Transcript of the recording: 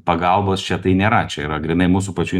pagalbos čia tai nėra čia yra grynai mūsų pačių